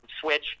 switch